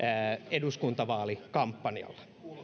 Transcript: eduskuntavaalikampanjalla